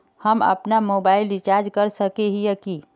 हम अपना mobile recharge कर सकय हिये की?